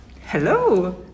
hello